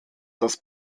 das